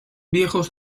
viejos